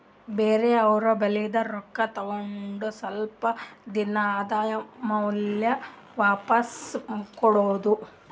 ಬ್ಯಾರೆ ಅವ್ರ ಬಲ್ಲಿಂದ್ ರೊಕ್ಕಾ ತಗೊಂಡ್ ಸ್ವಲ್ಪ್ ದಿನಾ ಆದಮ್ಯಾಲ ವಾಪಿಸ್ ಕೊಡೋದು